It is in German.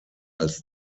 als